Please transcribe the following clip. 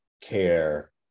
care